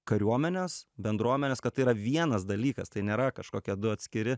kariuomenės bendruomenės kad tai yra vienas dalykas tai nėra kažkokie du atskiri